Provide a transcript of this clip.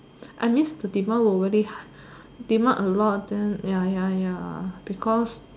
I means the demand will really demand a lot then ya ya ya because